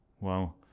Wow